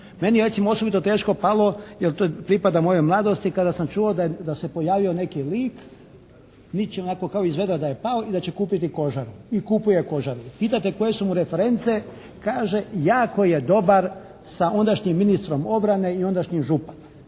Meni je recimo osobito teško palo jer to pripada mojoj mladosti kada sam čuo da se pojavio neki lik, liči onako, kao iz vedra da je pao i da će kupiti kožaru. I kupuje kožaru. Pitate koje su mu reference? Kaže jako je dobar sa ondašnjim ministrom obrane i ondašnjim županom.